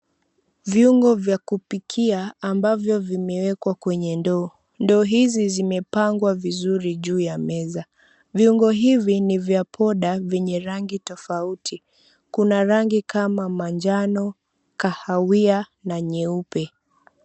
Viungo vya kupikia ambavyo vimewekwa kwenye ndoo. Ndoo hizi zimepangwa vizuri juu ya meza. Viungo hivi ni nya poda vyenye rangi tofauti. Kuna rangi kama manjano, kahawia na nyeupe.